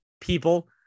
people